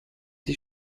die